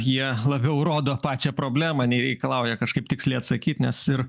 jie labiau rodo pačią problemą nei reikalauja kažkaip tiksliai atsakyt nes ir